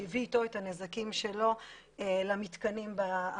שהביא איתו את הנזקים שלו למתקנים בעמותות.